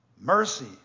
Mercy